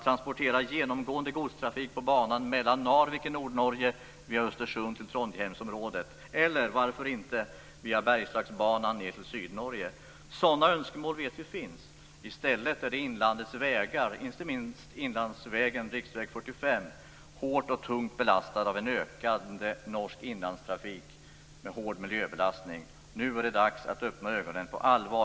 Vi vet att det finns sådana önskemål. I stället är inlandets vägar, inte minst riksväg 45, hårt och tungt belastad av en ökande norsk inlandstrafik med hård miljöbelastning. Nu är det dags att öppna ögonen på allvar.